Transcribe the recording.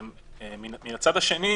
מן הצד השני,